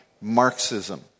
Marxism